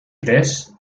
tres